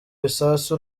bisasu